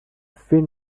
thin